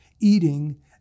eating